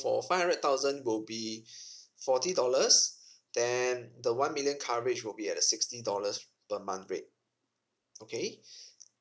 for five hundred thousand will be forty dollars then the one million coverage will be at a sixty dollars per month rate okay